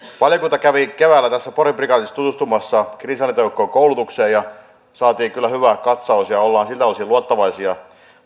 valiokunta kävi tässä keväällä porin prikaatissa tutustumassa kriisinhallintajoukkojen koulutukseen ja saatiin kyllä hyvä katsaus ja ollaan siltä osin luottavaisia